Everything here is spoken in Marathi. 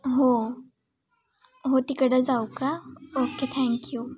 हो हो तिकडं जाऊ का ओके थँक्यू